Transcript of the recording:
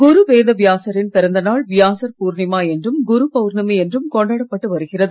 குரு வேத வியாசரின் பிறந்தநாள் வியாசர் பூர்ணிமா என்றும் குரு பவுர்ணமி என்றும் கொண்டாடப்பட்டு வருகிறது